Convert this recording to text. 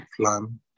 plan